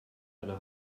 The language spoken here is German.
eine